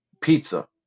pizza